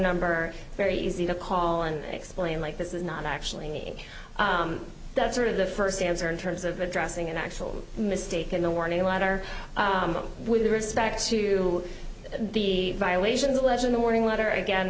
number very easy to call and explain like this is not actually that sort of the first answer in terms of addressing an actual mistake in the warning letter with respect to the violation the lesson the warning letter again